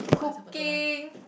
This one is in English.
cooking